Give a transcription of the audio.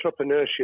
entrepreneurship